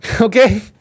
Okay